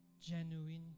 genuine